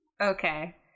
Okay